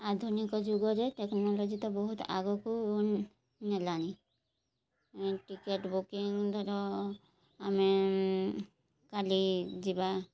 ଆଧୁନିକ ଯୁଗରେ ଟେକ୍ନୋଲୋଜି ତ ବହୁତ ଆଗକୁ ନେଲାଣି ଟିକେଟ୍ ବୁକିଂ ଧର ଆମେ କାଲି ଯିବା